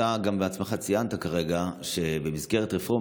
אתה גם בעצמך ציינת כרגע שבמסגרת רפורמה